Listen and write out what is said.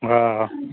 हा हा